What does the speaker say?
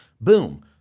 Boom